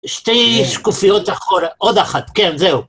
שתי שקופיות אחורה, עוד אחת, כן, זהו.